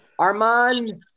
Arman